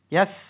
Yes